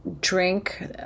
drink